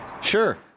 Sure